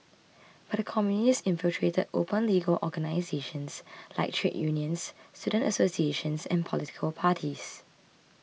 but the Communists infiltrated open legal organisations like trade unions student associations and political parties